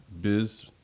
Biz